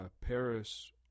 Paris